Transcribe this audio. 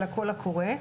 של הקול הקורא,